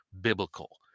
biblical